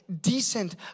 decent